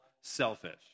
selfish